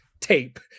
tape